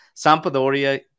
Sampadoria